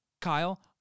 Kyle